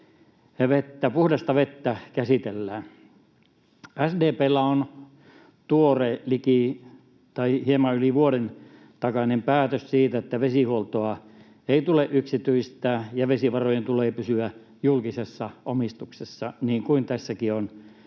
puhdasta vettä käsitellään. SDP:llä on tuore, hieman yli vuoden takainen päätös siitä, että vesihuoltoa ei tule yksityistää ja vesivarojen tulee pysyä julkisessa omistuksessa, niin kuin tässäkin